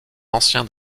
ancien